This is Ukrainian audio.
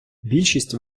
більшість